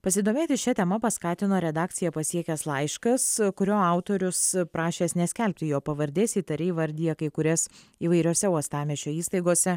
pasidomėti šia tema paskatino redakciją pasiekęs laiškas kurio autorius prašęs neskelbti jo pavardės įtariai įvardija kai kurias įvairiose uostamiesčio įstaigose